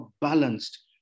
balanced